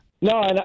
No